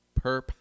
perp